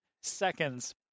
seconds